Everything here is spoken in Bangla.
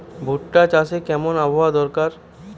ভুট্টা চাষে কেমন আবহাওয়া দরকার?